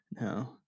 No